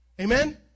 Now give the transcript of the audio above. Amen